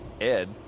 Ed